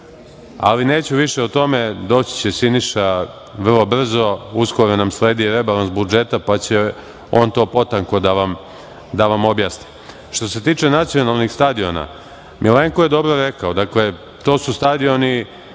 vreme. Neću više o tome, doći će Siniša vrlo brzo, i uskoro nam sledi rebalans budžeta, pa će on to potanko da vam objasni. Što se tiče nacionalnih stadiona, Milenko je dobro rekao. To su stadioni,